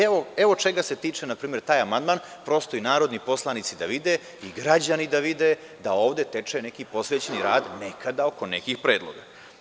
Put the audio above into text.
Evo čega se tiče taj amandman, prosto i narodni poslanici da vide i građani da vide da ovde teče neki posvećeni rad nekada oko nekih predloga.